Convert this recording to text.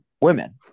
women